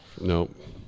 Nope